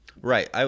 Right